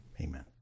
Amen